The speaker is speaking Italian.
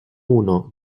uno